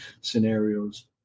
scenarios